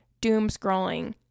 doom-scrolling